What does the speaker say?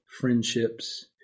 friendships